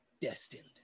Destined